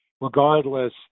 regardless